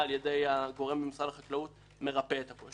הגורם במשרד החקלאות מרפא את הקושי הזה.